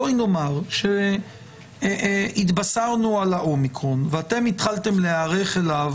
בואי נאמר שהתבשרנו על האומיקרון ואתם התחלתם להיערך אליו